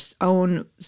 own